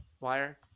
wire